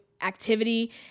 activity